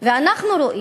ואנחנו רואים,